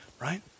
right